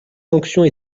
sanctions